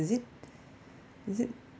is it is it